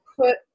put